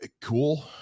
Cool